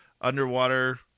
underwater